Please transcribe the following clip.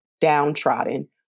downtrodden